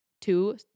Two